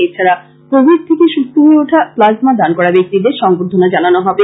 এছাড়া কোবিড থেকে সুস্থ হয়ে উঠা প্লাজমা দান করা ব্যাক্তিদের সংবর্ধনা জানানো হবে